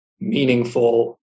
meaningful